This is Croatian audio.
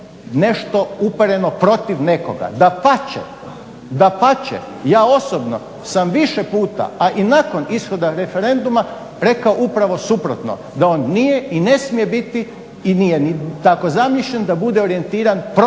nešto upaljeno protiv nekoga, dapače ja osobno sam više puta, a i nakon ishoda referenduma rekao upravo suprotno, da on nije i ne smije biti i nije ni tako zamišljen da bude orijentiran protiv nekoga.